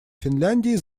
финляндии